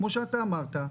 כמו שאמרת,